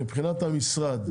מבחינת המשרד,